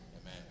Amen